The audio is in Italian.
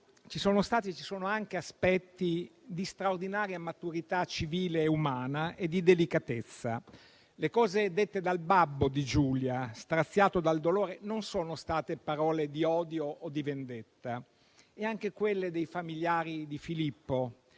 ci sono stati e ci sono anche aspetti di straordinaria maturità civile e umana e di delicatezza. Le cose dette dal babbo di Giulia, straziato dal dolore, non sono state parole di odio o di vendetta e anche quelle dei familiari di Filippo,